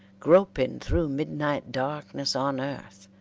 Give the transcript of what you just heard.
groping through midnight darkness on earth,